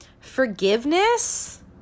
Forgiveness